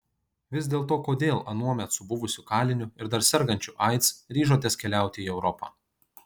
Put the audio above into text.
vis dėlto kodėl anuomet su buvusiu kaliniu ir dar sergančiu aids ryžotės keliauti į europą